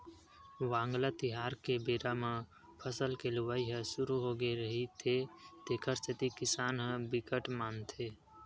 वांगला तिहार के बेरा म फसल के लुवई ह सुरू होगे रहिथे तेखर सेती किसान ह बिकट मानथे